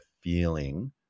feeling